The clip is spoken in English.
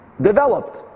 developed